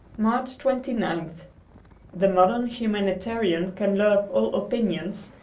march twenty ninth the modern humanitarian can love all opinions,